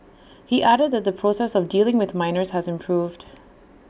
he added that the process of dealing with minors has improved